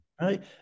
Right